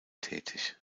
tätig